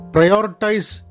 Prioritize